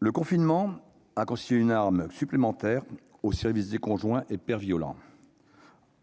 le confinement a constitué une arme supplémentaire au service des conjoints et pères violents,